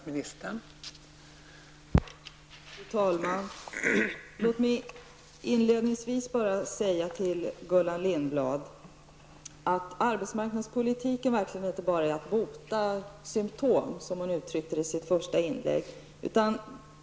Fru talman! Låt mig inledningsvis säga till Gullan Lindblad att arbetsmarknadspolitik verkligen inte är att bara bota symptom, som hon uttryckte det i sitt första inlägg.